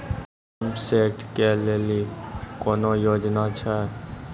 Pump set केलेली कोनो योजना छ?